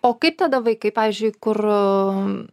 o kaip tada vaikai pavyzdžiui kur